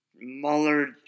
Mueller